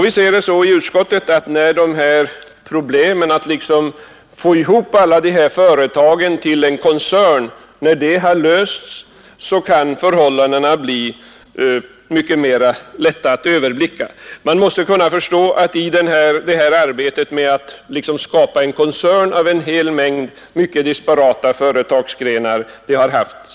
Vi ser det så i utskottet, att förhållandena blir lättare att överblicka, när problemet att samla alla dessa företag till en koncern har lösts. Man måste förstå att det har varit svårt att skapa en koncern av en hel mängd disparata företagsgrenar.